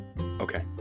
Okay